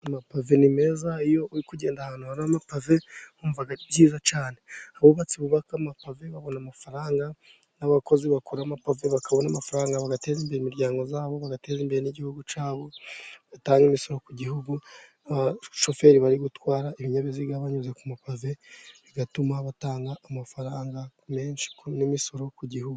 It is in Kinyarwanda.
Amapave ni meza iyo uri kugenda ahantu hari amapave wumva ari byiza cyane, abubatsi bubaka amapave babona amafaranga n'abakozi bakora amapave bakabona amafaranga, bagateza imbere imiryango yabo bagateza imbere igihugu cyabo batanga imisoro ku gihugu. Abashoferi bari gutwara ibinyabiziga banyuze ku mapave bigatuma batanga amafaranga menshi n'imisoro ku gihugu.